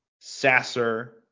Sasser